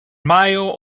majo